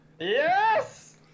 Yes